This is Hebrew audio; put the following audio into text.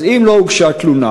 אז אם לא הוגשה תלונה,